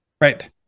Right